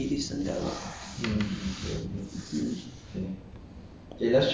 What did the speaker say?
you can start your thinking about the dead body isn't there lah mm